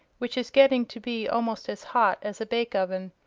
which is getting to be almost as hot as a bake-oven.